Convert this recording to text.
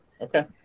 Okay